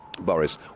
Boris